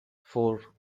four